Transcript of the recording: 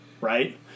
Right